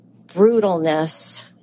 brutalness